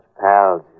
pals